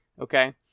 Okay